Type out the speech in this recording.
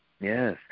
Yes